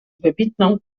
wybitną